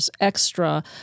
extra